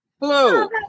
Hello